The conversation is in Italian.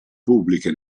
pubbliche